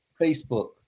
Facebook